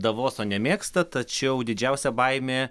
davoso nemėgsta tačiau didžiausia baimė